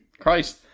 Christ